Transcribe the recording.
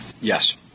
Yes